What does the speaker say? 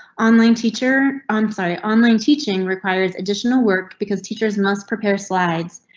on line teacher onsite online teaching requires additional work because teachers must prepare slides,